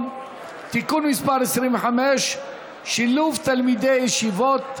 (תיקון מס' 25) (שילוב תלמידי ישיבות),